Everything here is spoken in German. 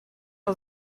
zur